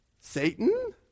Satan